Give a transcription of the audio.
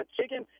Chicken